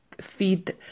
feed